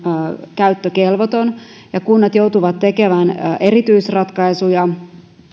käyttökelvoton ja kunnat joutuvat tekemään erityisratkaisuja